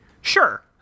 Sure